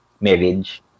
marriage